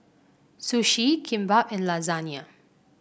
Sushi Kimbap and Lasagne